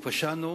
פשענו,